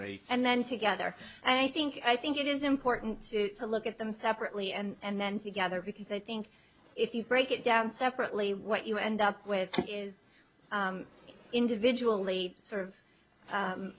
a and then together and i think i think it is important to look at them separately and then together because i think if you break it down separately what you end up with is individually sort of